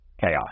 chaos